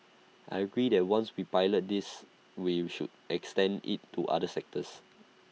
I agree that once we pilot this we should extend IT to other sectors